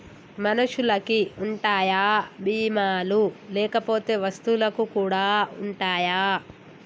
మనుషులకి ఉంటాయా బీమా లు లేకపోతే వస్తువులకు కూడా ఉంటయా?